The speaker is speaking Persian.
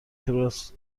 کراس